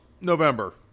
November